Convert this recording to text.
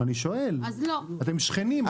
אני שואל כי אתם שכנים.